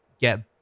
get